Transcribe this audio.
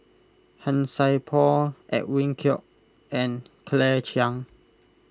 Han Sai Por Edwin Koek and Claire Chiang